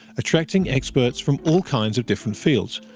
attracting experts from all kinds of different fields,